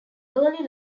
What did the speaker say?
early